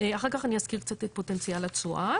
אחרי זה אני אזכיר קצת את פוטנציאל התשואה.